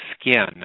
skin